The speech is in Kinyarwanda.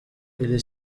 iri